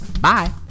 Bye